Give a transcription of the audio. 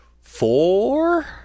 four